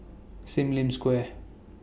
SIM Lim Square